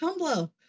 Tumblr